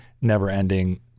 never-ending